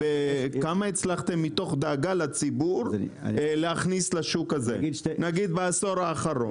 הצלחתם להכניס לשוק הזה, נגיד בעשור האחרון?